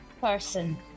person